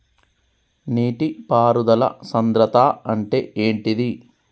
నీటి పారుదల సంద్రతా అంటే ఏంటిది?